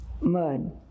mud